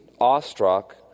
awestruck